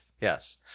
Yes